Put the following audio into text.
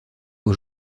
aux